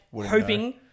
hoping